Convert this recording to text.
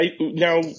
now